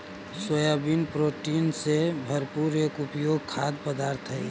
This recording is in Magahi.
सोयाबीन प्रोटीन से भरपूर एक उपयोगी खाद्य पदार्थ हई